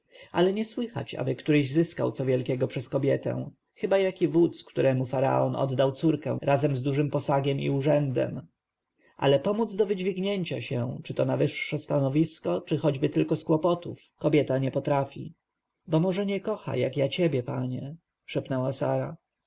ale nie słychać ażeby który zyskał co wielkiego przez kobietę chyba jaki wódz któremu faraon oddał córkę razem z dużym posagiem i urzędem ale pomóc do wydźwignięcia się czy to na wyższe stanowisko czy choćby tylko z kłopotów kobieta nie potrafi bo może nie kocha jak ja ciebie panie szepnęła sara